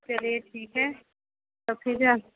चलिए ठीक है सब ठीक है